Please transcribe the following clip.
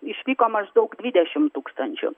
išvyko maždaug dvidešim tūkstančių